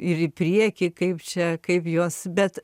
ir į priekį kaip čia kaip jos bet